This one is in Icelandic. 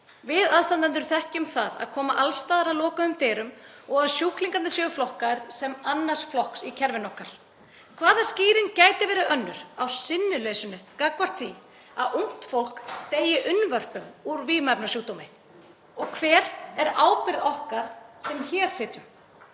Við aðstandendur þekkjum það að koma alls staðar að lokuðum dyrum og að sjúklingarnir séu flokkaðir sem annars flokks í kerfinu okkar. Hvaða skýring gæti verið önnur á sinnuleysinu gagnvart því að ungt fólk deyi unnvörpum úr vímuefnasjúkdómi? Og hver er ábyrgð okkar sem hér sitjum?